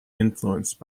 influenced